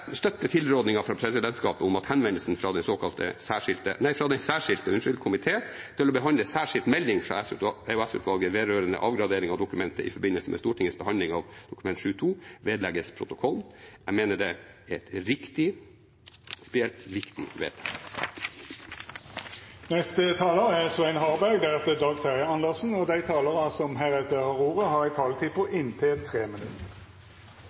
støtter tilrådingen fra presidentskapet om at henvendelsen fra den særskilte komité til å behandle Særskilt melding fra EOS-utvalget vedrørende avgradering av dokument i forbindelse med Stortingets behandling av Dokument 7:2 for 2020–2021 vedlegges protokollen. Jeg mener det er et riktig og prinsipielt viktig grep. Dei talarane som heretter får ordet, har ei taletid på